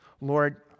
Lord